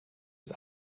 ist